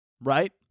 Right